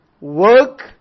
work